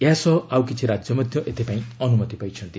ଏହା ସହ ଆଉ କିଛି ରାଜ୍ୟ ମଧ୍ୟ ଏଥିପାଇଁ ଅନୁମତି ପାଇଛନ୍ତି